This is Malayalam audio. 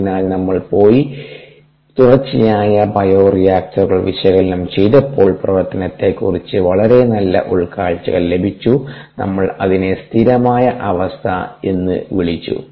അതിനാൽ നമ്മൾ പോയി തുടർച്ചയായ ബയോറിയാക്ടറുകൾ വിശകലനം ചെയ്തപ്പോൾ പ്രവർത്തനത്തെക്കുറിച്ച് വളരെ നല്ല ഉൾക്കാഴ്ചകൾ ലഭിച്ചു നമ്മൾ അതിനെ സ്ഥിരമായ അവസ്ഥ എന്നു വിളിച്ചു